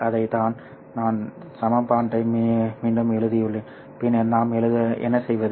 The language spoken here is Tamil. அதைத்தான் நான் சமன்பாட்டை மீண்டும் எழுதியுள்ளேன் பின்னர் நாம் என்ன செய்வது